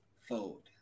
fold